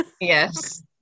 Yes